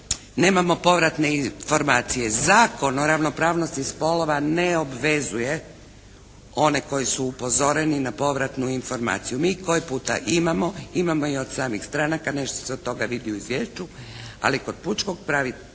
nemamo povratne informacije. Zakon o ravnopravnosti spolova ne obvezuje one koji su upozoreni na povratnu informaciju. Mi koji puta imamo, imamo i od samih stranaka, nešto se od toga vidi u izvješću, ali kod pučkog